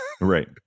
Right